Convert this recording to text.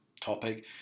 topic